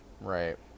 right